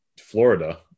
Florida